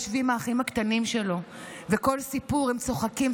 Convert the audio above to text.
יושבים האחים הקטנים שלו ומכל סיפור הם צוחקים,